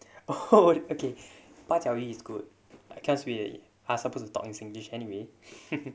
okay 把教育：ba jiao yu is good I can't we are supposed to talk in singlish anyway